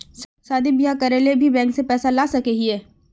शादी बियाह करे ले भी बैंक से पैसा ला सके हिये?